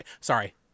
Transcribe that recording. Sorry